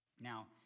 Now